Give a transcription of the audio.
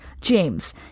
James